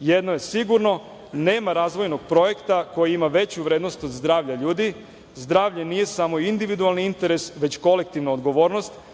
Jedno je sigurno, nema razvojnog projekta koji ima veću razvojnu vrednost od zdravlja ljudi. Zdravlje nije samo individualni interes, već kolektivna odgovornost